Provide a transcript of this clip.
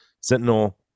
Sentinel